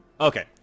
Okay